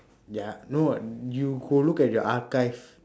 ya no you go look at your archive